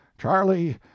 Charlie